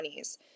20s